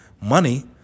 money